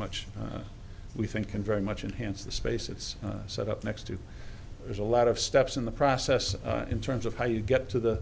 much we think can very much enhanced the space it's set up next to there's a lot of steps in the process in terms of how you get to the